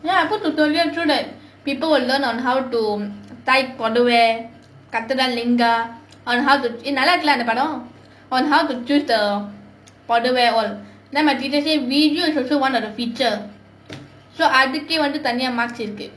ya put tutorial so that people will learn on how to type புடவை கட்டுறான் லிங்கா:pudavai katturaan lingaa on how to !hey! நல்லா இருக்குலே அந்த படம்:nallaa irukkulla antha padam on how to choose the புடவை:pudavai all then my teacher say visual is also one of the feature so அதுக்கே வந்து தனியா:adukkae vanthu taniyaa marks இருக்கு:irukku